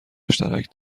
مشترک